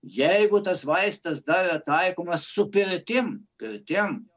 jeigu tas vaistas dar yra taikomas su pirtim pirtim